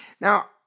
Now